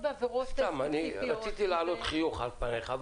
--- סתם, רציתי להעלות חיוך על פניך.